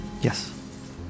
yes